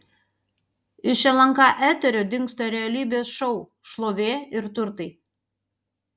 iš lnk eterio dingsta realybės šou šlovė ir turtai